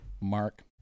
Mark